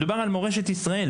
מדובר על מורשת ישראל